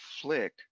flick